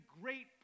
great